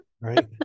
right